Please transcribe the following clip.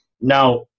Now